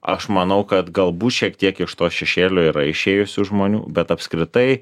aš manau kad galbūt šiek tiek iš to šešėlio yra išėjusių žmonių bet apskritai